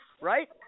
right